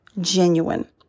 genuine